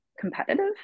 competitive